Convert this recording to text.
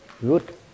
good